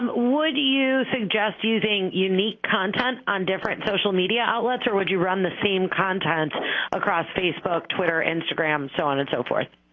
um would you suggest using unique content on different social media outlets or would you run the same content across facebook, twitter, instagram, so on and so forth?